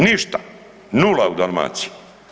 Ništa, nula u Dalmaciji.